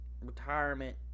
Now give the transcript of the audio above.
retirement